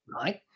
Right